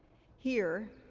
here,